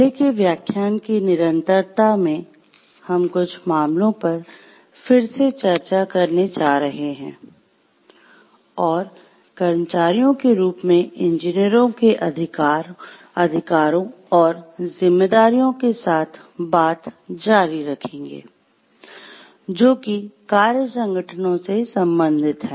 पहले के व्याख्यान की निरंतरता में हम कुछ मामलों पर फिर से चर्चा करने जा रहे हैं और कर्मचारियों के रूप में इंजीनियरों के अधिकारों और जिम्मेदारियों के साथ बात जारी रखेंगे जो कि कार्य संगठनों से संबंधित हैं